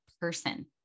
person